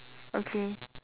okay